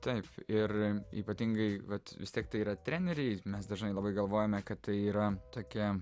taip ir ypatingai vat vis tiek tai yra treneriai mes dažnai labai galvojame kad tai yra tokia